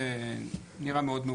זה נראה מאוד,